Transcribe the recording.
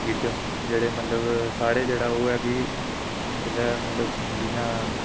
साढ़े मतलब केह् ऐ कि साढ़े जेह्ड़ा एह् ऐ